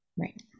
right